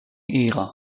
ära